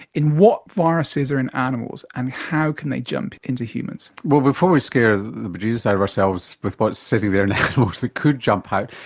in what viruses are in animals and how can they jump into humans. well, before we scare the bejesus out of ourselves with what is sitting there in animals that could jump out,